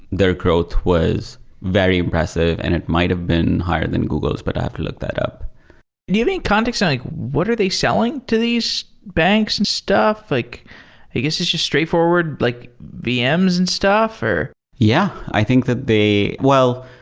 their growth was very impressive and it might've been higher than google's, but i have to look that up do you have any context on like what are they selling to these banks and stuff? like i guess it's just straightforward like vm's and stuff? yeah. i think that they well,